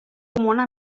comuna